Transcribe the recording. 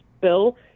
bill